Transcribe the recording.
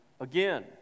again